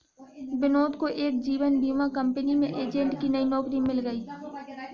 विनोद को एक जीवन बीमा कंपनी में एजेंट की नई नौकरी मिल गयी